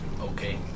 okay